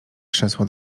krzesła